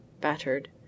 battered